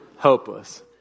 Hopeless